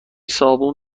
صابون